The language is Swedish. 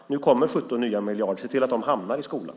Nu kommer 17 nya miljarder. Se till att de hamnar i skolan!